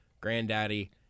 granddaddy